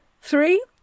Three